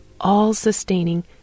all-sustaining